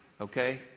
okay